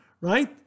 right